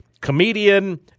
comedian